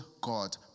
God